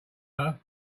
earth